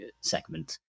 segment